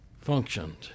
functioned